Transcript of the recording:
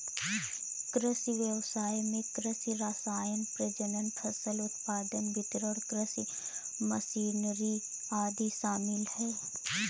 कृषि व्ययसाय में कृषि रसायन, प्रजनन, फसल उत्पादन, वितरण, कृषि मशीनरी आदि शामिल है